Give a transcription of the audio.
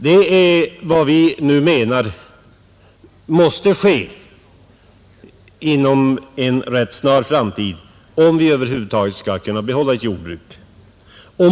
Det är vad vi nu menar måste ske inom en rätt snar framtid, om vi över huvud taget skall kunna behålla ett jordbruk.